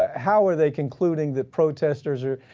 ah how are they concluding that protesters are,